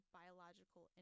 biological